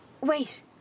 Wait